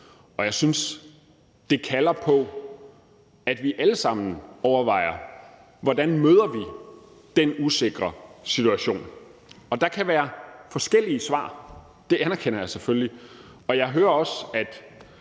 nu. Jeg synes, at det kalder på, at vi alle sammen overvejer, hvordan vi møder den usikre situation. Der kan være forskellige svar. Det anerkender jeg selvfølgelig. Og jeg hører også, at